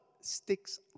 sticks